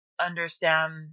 understand